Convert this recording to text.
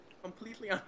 Completely